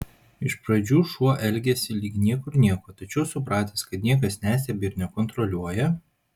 iš pradžių šuo elgiasi lyg niekur nieko tačiau supratęs kad niekas nestebi ir nekontroliuoja